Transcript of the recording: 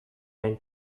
ten